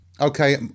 Okay